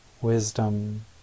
wisdom